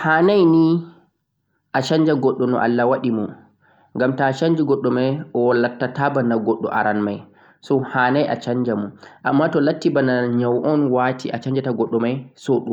Hanai asanja tagdi jaumirawo ngam ta'a sanji tagdi goɗɗo o lattata bana himɓe baa. Amma to bana nyau on toh ɗo